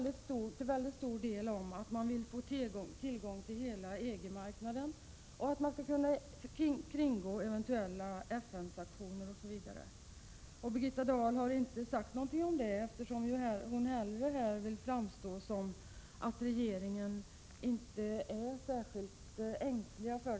Den begärda översynen är ett utslag av vår omsorg om att försäkra oss om att det inte finns några blottor i lagen. Detta sker på basis av den erfarenhet vi har, sedan vi nu tillämpat lagen i ett par år.